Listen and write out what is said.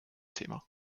thema